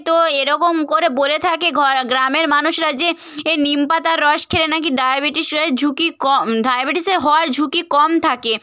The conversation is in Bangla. তো এরকম করে বলে থাকে ঘর গ্রামের মানুষরা যে এ নিম পাতার রস খেলে নাকি ডায়াবেটিস ঝুঁকি ক ডায়াবেটিসে হওয়ার ঝুঁকি কম থাকে